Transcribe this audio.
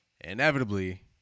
Inevitably